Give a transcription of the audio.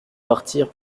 partir